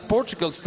Portugal